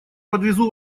подвезу